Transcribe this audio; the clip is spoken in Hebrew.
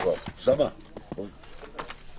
הצבעה לא נתקבלה.